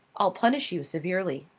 i'll punish you severely.